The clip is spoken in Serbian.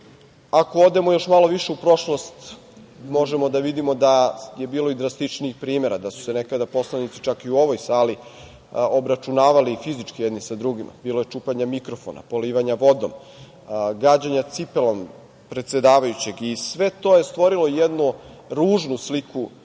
odemo još malo više u prošlost, možemo da vidimo da je bilo i drastičnijih primera, da su se nekada poslanici u ovoj sali obračunavali fizički jedini sa drugima, bilo je čupanja mikrofona, polivanja vodom, gađanja cipelom predsedavajućeg i sve to je stvorilo jednu ružnu sliku o